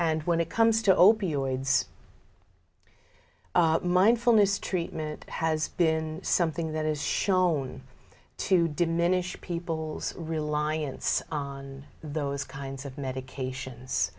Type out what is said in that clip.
and when it comes to opioids mindfulness treatment has been something that is shown to diminish people's reliance on those kinds of medications